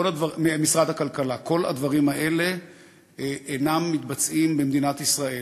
כל הדברים האלה קורים במדינת ישראל,